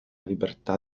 libertà